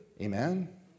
Amen